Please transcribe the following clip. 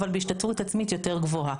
אבל בהשתתפות עצמית יותר גבוהה.